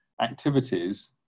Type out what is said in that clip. activities